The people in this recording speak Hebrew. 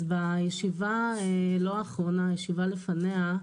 אז בישיבה לא אחרונה, בישיבה לפניה,